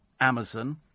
Amazon